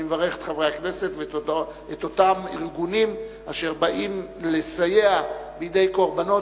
אני מברך את חברי הכנסת ואת אותם ארגונים אשר באים לסייע בידי קורבנות,